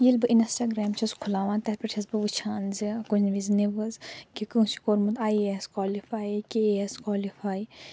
ییٚلہِ بہٕ اِنسٹاگرٛام چھَس کھُلاوان تتھ پٮ۪ٹھ چھَس بہٕ وُچھان کُنہِ وزِ نیوز کہِ کٲنٛسہِ چھُ کوٚرمُت I A S qualify K A S qualify